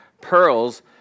pearls